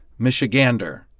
Michigander